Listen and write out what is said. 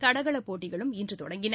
தடகளப் போட்டிகளும் இன்று தொடங்கின